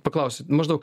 paklausiu maždaug